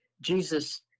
Jesus